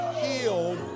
Healed